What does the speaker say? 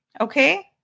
Okay